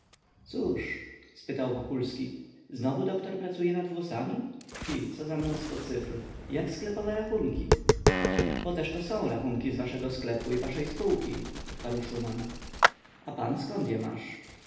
cóż cóz spytał rzecki znowu doktor pracuje nad włosami phi co za mnóstwo cyfr jak sklepowe rachunki bo też to są rachunki z waszego sklepu i waszej spółki odparł szuman a pan zkąd je masz